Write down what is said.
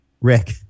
Rick